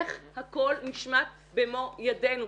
איך הכול נשמט במו ידינו.